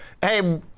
Hey